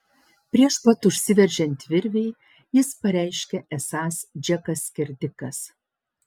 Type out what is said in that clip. prieš pat užsiveržiant virvei jis pareiškė esąs džekas skerdikas